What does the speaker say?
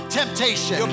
temptation